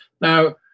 Now